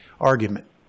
argument